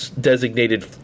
designated